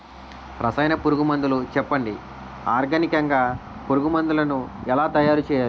రసాయన పురుగు మందులు చెప్పండి? ఆర్గనికంగ పురుగు మందులను ఎలా తయారు చేయాలి?